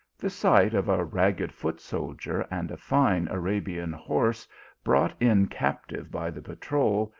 the sight of a ragged foot-soldier and a fine arabian horse brought in captive by the patrol,